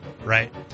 right